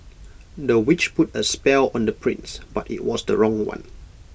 the witch put A spell on the prince but IT was the wrong one